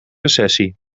recessie